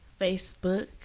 Facebook